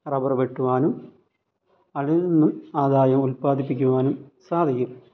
rubber വെട്ടുവാനും അതിൽനിന്നും ആദായം ഉൽപാദിപ്പിക്കുവാനും സാധിക്കും